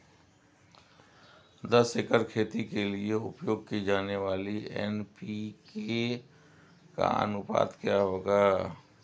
दस एकड़ खेती के लिए उपयोग की जाने वाली एन.पी.के का अनुपात क्या होगा?